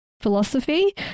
philosophy